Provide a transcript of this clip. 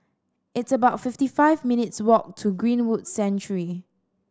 it's about fifty five minutes' walk to Greenwood Sanctuary